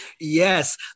Yes